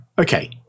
Okay